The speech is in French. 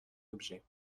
objet